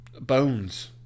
bones